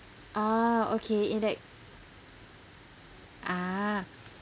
ah okay in that ah